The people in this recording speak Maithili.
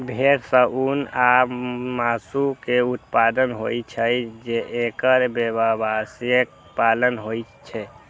भेड़ सं ऊन आ मासु के उत्पादन होइ छैं, तें एकर व्यावसायिक पालन होइ छै